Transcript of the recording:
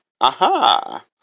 aha